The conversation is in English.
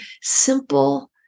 simple